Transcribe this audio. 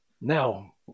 Now